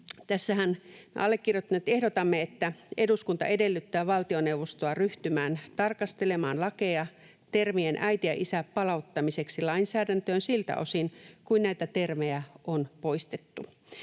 ehdotamme, että eduskunta edellyttää valtioneuvostoa ryhtymään tarkastelemaan lakeja termien äiti ja isä palauttamiseksi lainsäädäntöön siltä osin kuin näitä termejä on poistettu.